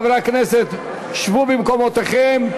חברי הכנסת, שבו במקומותיכם.